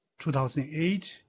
2008